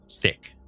thick